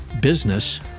business